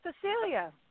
Cecilia